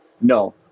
No